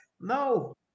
No